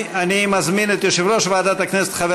אני מזמין את יושב-ראש ועדת הכנסת חבר